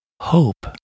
hope